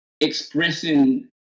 expressing